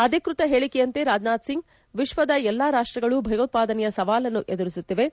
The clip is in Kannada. ಅಧಿಕೃತ ಹೇಳಿಕೆಯಂತೆ ರಾಜನಾಥ್ ಸಿಂಗ್ ಅವರು ವಿಶ್ವದ ಎಲ್ಲ ರಾಷ್ಟಗಳು ಭಯೋತ್ವಾದನೆಯ ಸವಾಲನ್ನು ಎದುರಿಸುತ್ತಿವೆ